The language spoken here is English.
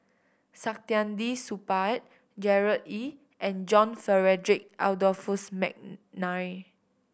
Saktiandi Supaat Gerard Ee and John Frederick Adolphus McNair